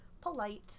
polite